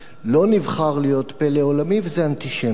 לא נבחר להיות פלא עולמי, וזה, אנטישמיות.